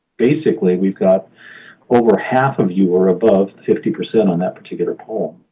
basically, we've got over half of you or above? fifty percent on that particular poll.